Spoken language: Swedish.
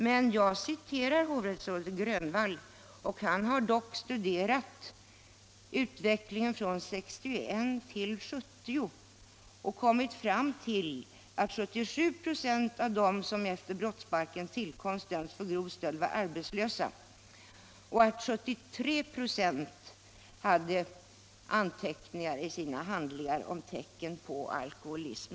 Men jag citerade hovrättsrådet Grönvall, som dock studerat utvecklingen från 1961 till 1970 och kommit fram till att 77 96 av dem som efter brottsbalkens tillkomst dömts för grov stöld var arbetslösa och att 73 926 i sina handlingar hade anteckningar om tecken på alkoholism.